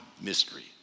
mystery